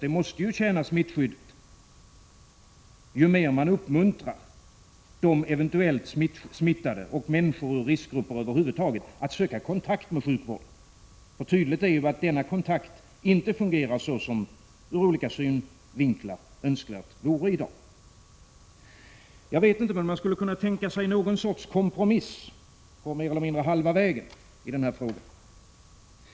Det måste ju tjäna smittskyddet ju mer man uppmuntrar de eventuellt smittade och människor ur riskgrupperna över huvud taget att söka kontakt med sjukvården. Tydligt är att denna kontakt i dag inte fungerar så som ur olika synvinklar önskvärt vore. Jag vet inte om man skulle kunna tänka sig något sorts kompromiss på mer eller mindre halva vägen i den här frågan.